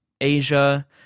Asia